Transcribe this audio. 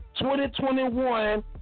2021